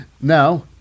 now